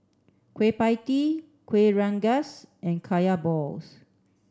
Kueh Pie Tee Kuih Rengas and Kaya Balls